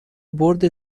برد